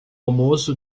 almoço